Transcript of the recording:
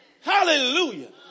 Hallelujah